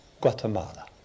Guatemala